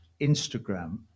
Instagram